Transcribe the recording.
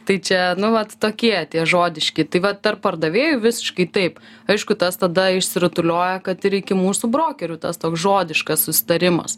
tai čia nu vat tokie tie žodiški tai va tarp pardavėjų visiškai taip aišku tas tada išsirutulioją kad ir iki mūsų brokerių tas toks žodiškas susitarimas